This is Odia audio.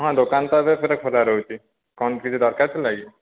ହଁ ଦୋକାନ ତ ଏବେ ପୁରା ଖୋଲା ରହୁଛି କ'ଣ କିଛି ଦରକାର ଥିଲା କି